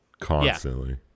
constantly